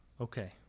Okay